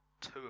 two